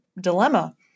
dilemma